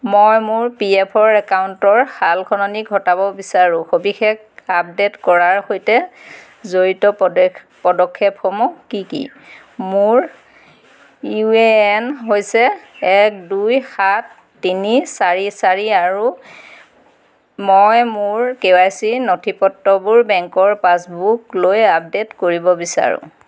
মই মোৰ P F ৰ একাউণ্টৰ সাল সলনি ঘটাব বিচাৰোঁ সবিশেষ আপডেট কৰাৰ সৈতে জড়িত পদেখ পদক্ষেপসমূহ কি কি মোৰ ইউ এ এন হৈছে এক দুই সাত তিনি চাৰি চাৰি আৰু মই মোৰ কে ৱাই চি নথিপত্ৰবোৰ বেংকৰ পাছবুকলৈ আপডেট কৰিব বিচাৰোঁ